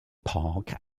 park